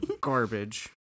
garbage